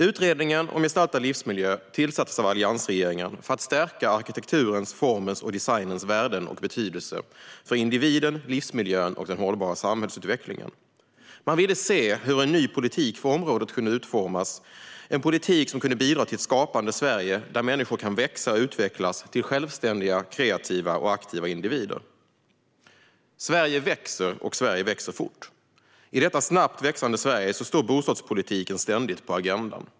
Utredningen Gestaltad livsmiljö tillsattes av alliansregeringen för att stärka arkitekturens, formens och designens värden och betydelse för individen, livsmiljön och den hållbara samhällsutvecklingen. Man ville se hur en ny politik för området kunde utformas och som kunde bidra till ett skapande Sverige där människor kan växa och utvecklas till självständiga, kreativa och aktiva individer. Sverige växer, och Sverige växer fort. I detta snabbt växande Sverige står bostadspolitiken ständigt på agendan.